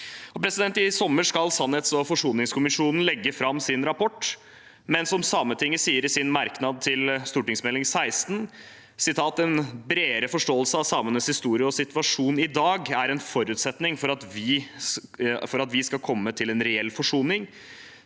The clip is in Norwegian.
samer. I sommer skal sannhets- og forsoningskommisjonen legge fram sin rapport, men som Sametinget sier i sin merknad til Meld. St. 16 for 2021–2022: «En bredere forståelse av samenes historie og situasjon i dag er en forutsetning for at vi skal komme til en reell forsoning.